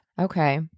Okay